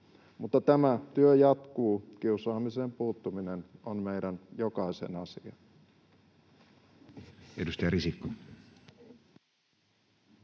Mutta tämä työ jatkuu. Kiusaamiseen puuttuminen on meidän jokaisen asia. Edustaja Risikko.